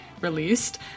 released